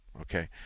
Okay